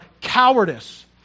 cowardice